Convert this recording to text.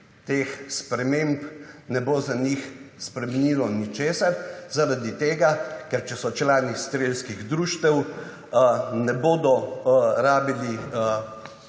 teh sprememb ne bo za njih spremenilo ničesar, zaradi tega, ker če so člani strelskih društev ne bodo rabili